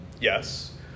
yes